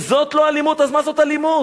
אם זאת לא אלימות, אז מה זאת אלימות?